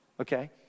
okay